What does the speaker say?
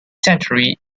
century